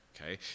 okay